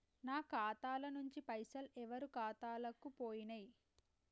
నా ఖాతా ల నుంచి పైసలు ఎవరు ఖాతాలకు పోయినయ్?